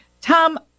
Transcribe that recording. Tom